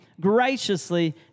graciously